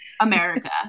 America